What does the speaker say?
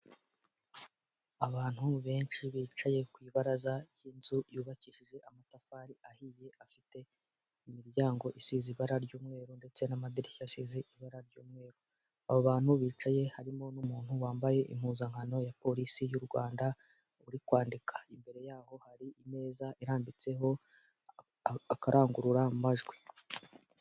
Abantu benshi bicaye ku ibaraza ry'inzu yubakishije amatafari ahiye afite imiryango isize ibara ry'umweru, ndetse n'amadirishya asize ibara ry'umweru, aba bantu bicaye harimo n'umuntu wambaye impuzankano ya polisi y'u Rwanda, uri kwandika imbere yaho hari imeza irambitseho akarangurura amajwi.